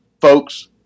folks